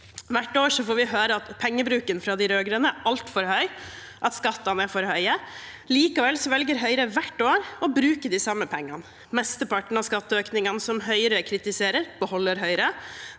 Hvert år får vi høre at pengebruken fra de rød-grønne er altfor høy, og at skattene er for høye. Likevel velger Høyre hvert år å bruke de samme pengene. Mesteparten av skatteøkningene som Høyre kritiserer, beholder Høyre.